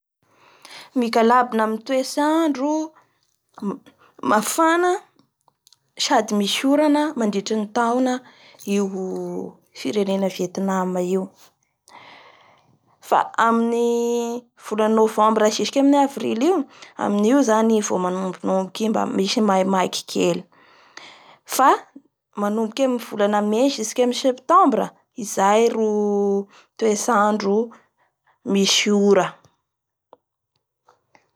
Migalabona amin'ny toetrandro ma-mafana sady misy orana mandritry ny taona io firenen Vietnam io. Fa amin'ny volana Novembre jusque amin'ny Avrily io, aminio zany i vo manombonomboky vo misy maimaiky kely Fa manomboky amin'ny volana May jusque amin'ny Septambra, izay ro toetrandro misy ora.